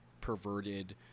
perverted